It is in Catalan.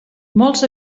molts